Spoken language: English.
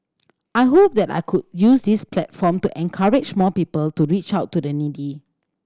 I hope that I could use this platform to encourage more people to reach out to the needy